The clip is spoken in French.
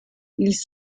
ils